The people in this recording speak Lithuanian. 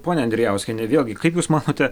ponia andrijauskiene vėlgi kaip jūs manote